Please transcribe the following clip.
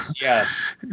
yes